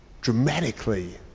dramatically